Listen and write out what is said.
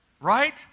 right